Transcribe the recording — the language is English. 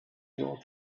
your